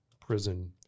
Prison